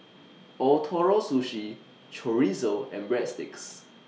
Ootoro Sushi Chorizo and Breadsticks